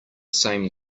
same